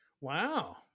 Wow